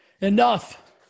enough